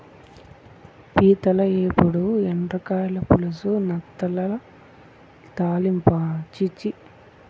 పీతల ఏపుడు, ఎండ్రకాయల పులుసు, నత్తగుల్లల తాలింపా ఛీ ఛీ